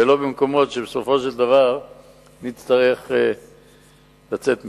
ולא במקומות שבסופו של דבר נצטרך לצאת מהם.